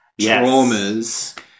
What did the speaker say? traumas